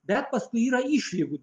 bet paskui yra išlygų